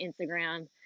Instagram